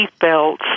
seatbelts